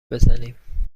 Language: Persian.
بزنیم